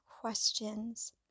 questions